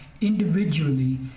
individually